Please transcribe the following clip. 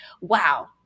Wow